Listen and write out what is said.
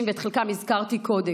ואת חלקם הזכרתי קודם,